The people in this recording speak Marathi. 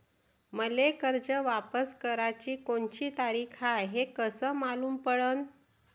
मले कर्ज वापस कराची कोनची तारीख हाय हे कस मालूम पडनं?